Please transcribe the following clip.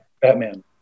Batman